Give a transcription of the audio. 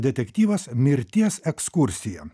detektyvas mirties ekskursija